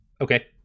Okay